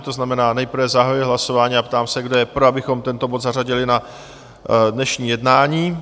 To znamená nejprve zahajuji hlasování a ptám se, kdo je pro, abychom tento bod zařadili na dnešní jednání?